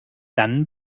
dann